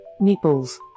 meatballs